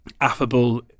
affable